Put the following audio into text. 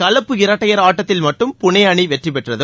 கலப்பு இரட்டையர் ஆட்டத்தில் மட்டும் புனே அணி வெற்றிபெற்றது